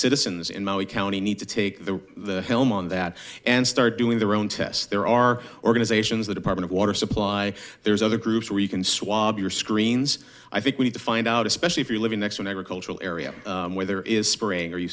citizens in maui county need to take the helm on that and start doing their own tests there are organizations the department of water supply there's other groups where you can swab your screens i think we need to find out especially if you're living next to an agricultural area where there is spring or you